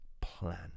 plan